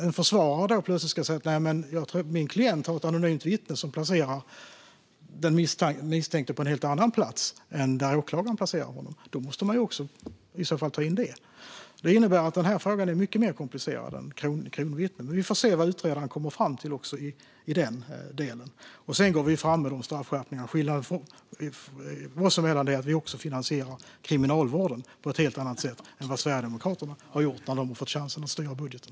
Om försvararen plötsligt åberopar ett anonymt vittne som placerar den misstänkte på en helt annan plats än åklagaren måste man även ta med det. Det innebär att den här frågan är mycket mer komplicerad än den om kronvittnen. Men vi får se vad utredaren kommer fram till också i denna del, och sedan går vi fram med straffskärpningar. Skillnaden oss emellan är att vi också finansierar Kriminalvården, på ett helt annat sätt än vad Sverigedemokraterna har gjort när de har fått chansen att styra budgeten.